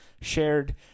shared